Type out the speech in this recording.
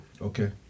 Okay